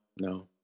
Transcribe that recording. no